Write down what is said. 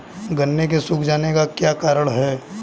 गन्ने के सूख जाने का क्या कारण है?